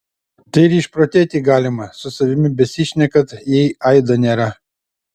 tai ir išprotėti galima su savimi besišnekant jei aido nėra